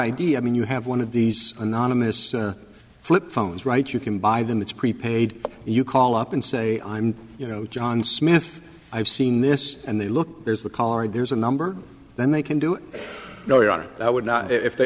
id i mean you have one of these anonymous flip phones right you can buy them it's prepaid you call up and say i'm you know john smith i've seen this and they look there's the car and there's a number then they can do it no your honor i would not if the